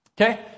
Okay